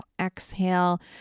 exhale